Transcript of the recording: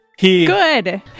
good